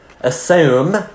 assume